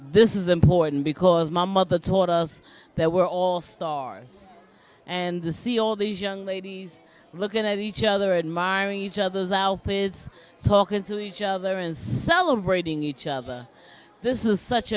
this is important because my mother taught us that we're all stars and the see all these young ladies looking at each other admiring each other's outfits talking to each other and celebrating each other this is such